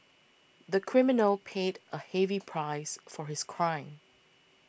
the criminal paid a heavy price for his crime